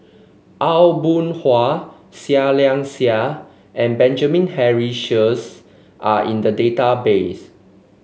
Aw Boon Haw Seah Liang Seah and Benjamin Henry Sheares are in the database